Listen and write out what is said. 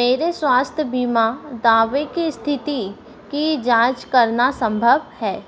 मेरे स्वास्थ्य बीमा दावे की स्थिति की जाँच करना संभव है